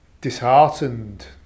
disheartened